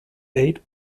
eighth